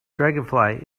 dragonfly